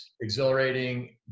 exhilarating